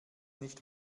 nicht